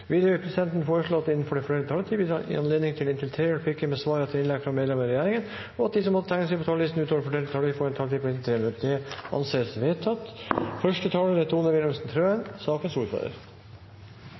Videre vil presidenten foreslå at det – innenfor den fordelte taletid – blir gitt anledning til inntil tre replikker med svar etter innlegg fra medlemmer av regjeringen, og at de som måtte tegne seg på talerlisten utover den fordelte taletid, får en taletid på inntil 3 minutter. – Det anses vedtatt. Dette er